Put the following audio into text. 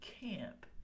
camp